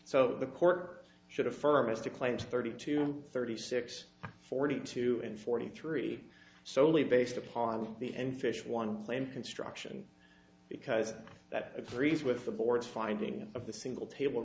so the court should affirm as to claims thirty two thirty six forty two and forty three solely based upon the end fish one claim construction because that agrees with the board's finding of the single table